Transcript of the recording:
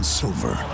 silver